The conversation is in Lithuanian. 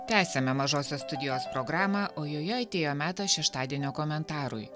tęsiame mažosios studijos programą o joje atėjo metas šeštadienio komentarui